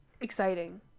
exciting